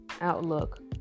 outlook